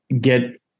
get